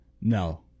No